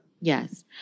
Yes